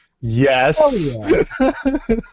Yes